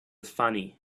funny